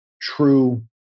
true